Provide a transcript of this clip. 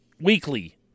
Weekly